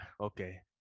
Okay